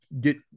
get